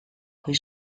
coi